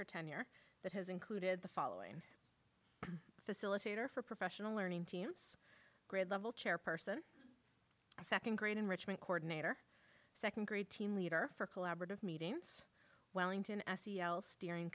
her tenure that has included the following facilitator for professional learning teams grade level chairperson a nd grade enrichment coordinator nd grade team leader for collaborative meetings wellington s c l steering